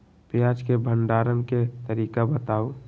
प्याज के भंडारण के तरीका बताऊ?